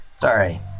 Sorry